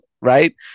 right